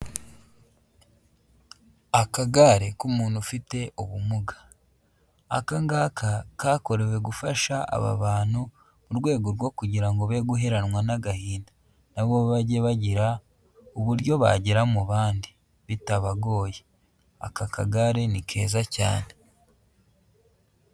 Akagare k'umuntu ufite ubumuga. Aka ngaka kakorewe gufasha aba bantu, mu rwego rwo kugira ngo be guheranwa n'agahinda. Na bo bajye bagira uburyo bagera mu bandi bitabagoye. Aka kagare ni keza cyane.